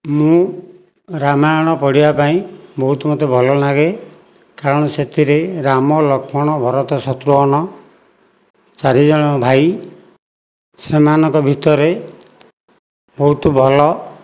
ମୁଁ ରାମାୟଣ ପଢ଼ିବା ପାଇଁ ବହୁତ ମୋତେ ଭଲ ଲାଗେ କାରଣ ସେଥିରେ ରାମଲକ୍ଷ୍ମଣ ଭରତ ଶତ୍ରୁଘନ ଚାରି ଜଣ ଭାଇ ସେମାନଙ୍କ ଭିତରେ ବହୁତ ଭଲ